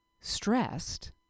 stressed